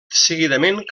seguidament